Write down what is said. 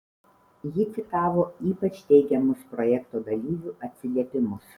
ji citavo ypač teigiamus projekto dalyvių atsiliepimus